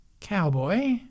Cowboy